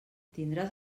tindràs